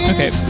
Okay